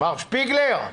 מר שפיגלר,